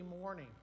morning